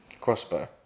Crossbow